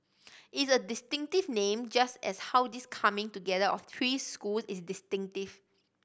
it's a distinctive name just as how this coming together of three schools is distinctive